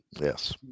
Yes